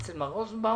אצל מר רוזנבאום,